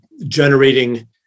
generating